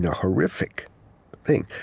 horrific thing,